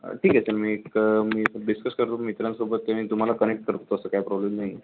ठीक आहे तर मी एक मी डिस्कस करतो मित्रांसोबत आणि तुम्हाला कनेक्ट करतो तसं काय प्रॉब्लेम नाही